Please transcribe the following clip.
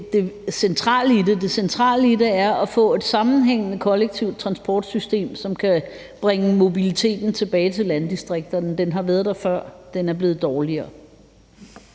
Det centrale i det er at få et sammenhængende kollektivt transportsystem, som kan bringe mobiliteten tilbage til landdistrikterne. Den har været der før, den er blevet dårligere.